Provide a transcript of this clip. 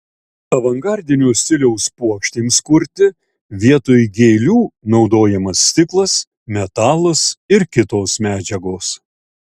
avangardinio stiliaus puokštėms kurti vietoj gėlių naudojamas stiklas metalas ir kitos medžiagos